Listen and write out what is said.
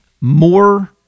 more